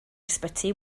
ysbyty